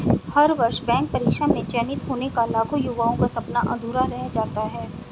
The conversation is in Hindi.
हर वर्ष बैंक परीक्षा में चयनित होने का लाखों युवाओं का सपना अधूरा रह जाता है